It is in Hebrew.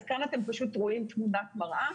כאן אתם פשוט רואים תמונת מראה,